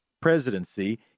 presidency